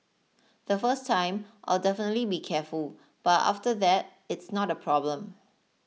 the first time I'll definitely be careful but after that it's not a problem